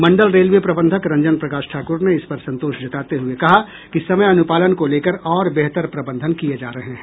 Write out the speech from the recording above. मंडल railway प्रबंधक रंजन प्रकाश ठाकुर ने इस पर संतोष जताते हुए कहा कि समय अनुपालन को लेकर और बेहतर प्रबंधन किये जा रहे हैं